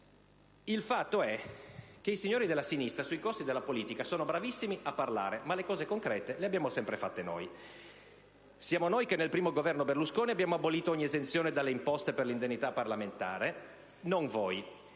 Il fatto è che i signori della sinistra sui costi della politica sono bravissimi a parlare, ma le cose concrete le abbiamo sempre fatte noi. Siamo noi, che nel primo Governo Berlusconi abbiamo abolito ogni esenzione dalle imposte per l'indennità parlamentare, non voi.